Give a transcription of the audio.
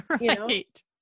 Right